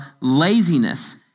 laziness